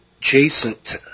adjacent